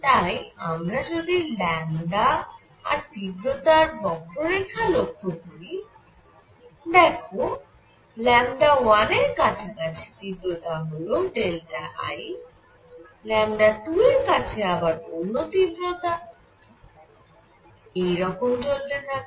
তাই আমরা যদি ল্যামডা আর তীব্রতার বক্ররেখা লক্ষ্য করি দেখো 1 এর কাছাকাছি তীব্রতা হল ডেল্টা I 2 এর কাছে আবার অন্য তীব্রতা I এই রকম চলতে থাকে